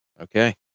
Okay